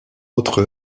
autres